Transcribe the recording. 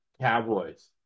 Cowboys